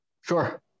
Sure